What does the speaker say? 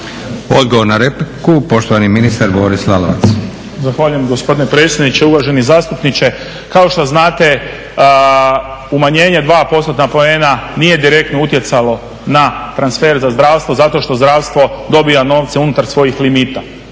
Odgovor na repliku poštovani ministar Boris Lalovac. **Lalovac, Boris (SDP)** Zahvaljujem gospodine predsjedniče. Uvaženi zastupniče, kao što znate umanjenje 2%-tna poena nije direktno utjecalo na transfer za zdravstvo zato što zdravstvo dobija novce unutar svojih limita.